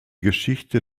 geschichte